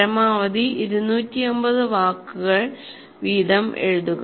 പരമാവധി 250 വാക്കുകൾ വീതം എഴുതുക